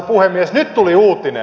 nyt tuli uutinen